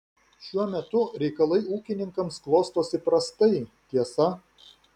šiuo metu reikalai ūkininkams klostosi prastai tiesa